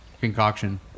concoction